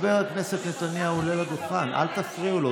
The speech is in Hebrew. חבר הכנסת נתניהו עולה לדוכן, אל תפריעו לו.